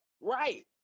Right